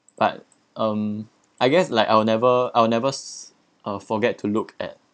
but um I guess like I'll never I'll never uh forget to look at